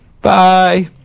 Bye